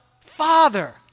Father